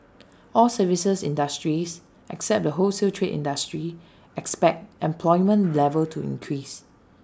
all services industries except the wholesale trade industry expect employment level to increase